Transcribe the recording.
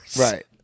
Right